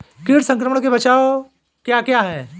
कीट संक्रमण के बचाव क्या क्या हैं?